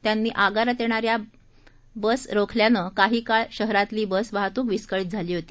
त्यांनी आगारात येणाऱ्या बस रोखल्यानं काही काळ शहरातली बस वाहतूक विस्कळीत झाली होती